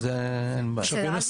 כן, זה אין בעיה.